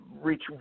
reach